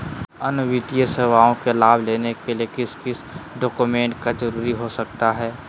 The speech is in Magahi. अन्य वित्तीय सेवाओं के लाभ लेने के लिए किस किस डॉक्यूमेंट का जरूरत हो सकता है?